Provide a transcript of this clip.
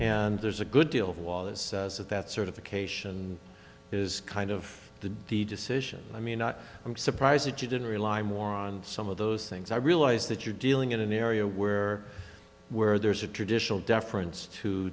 and there's a good deal of wallace says that that certification is kind of the de decision i mean not i'm surprised that you didn't rely more on some of those things i realize that you're dealing in an area where where there's a traditional deference to